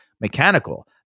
mechanical